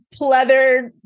pleather